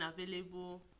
available